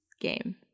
Game